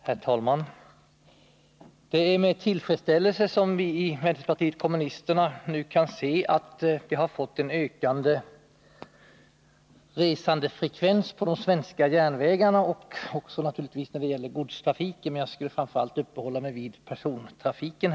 Herr talman! Det är med tillfredsställelse som vi i vänsterpartiet kommunisterna nu kan se att resandefrekvensen har ökat på de svenska järnvägarna. Även godstrafiken har ökat, men jag skall framför allt uppehålla mig vid persontrafiken.